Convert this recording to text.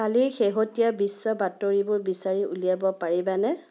কালিৰ শেহতীয়া বিশ্বৰ বাতৰিবোৰ বিচাৰি উলিয়াব পাৰিবানে